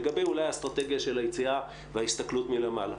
אולי לגבי האסטרטגיה של היציאה וההסתכלות מלמעלה.